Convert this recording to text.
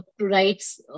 rights